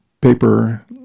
paper